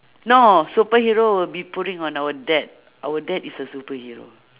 no superhero will be putting on our dad our dad is a superhero